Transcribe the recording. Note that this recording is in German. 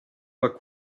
war